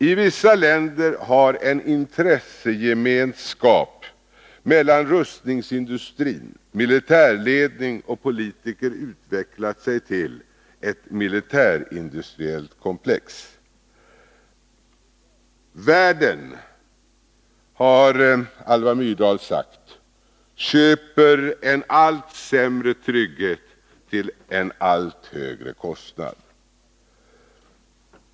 I vissa länder har en intressegemenskap mellan rustningsindustrin, militärledning och politiker utvecklat sig till ett militärindustriellt komplex. Världen, har Alva Myrdal sagt, köper sig en allt sämre trygghet till en allt högre kostnad.